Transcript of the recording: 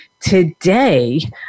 today